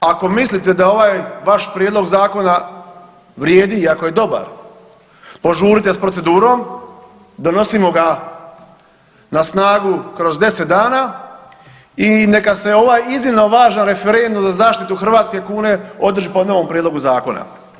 ako mislite da ovaj vaš prijedlog zakona vrijedi i ako je dobar, požurite s procedurom, donosimo ga na snagu kroz 10 dana i neka se ovaj iznimno važan referendum za zaštitu hrvatske kune održi po novom prijedlogu zakona.